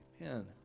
Man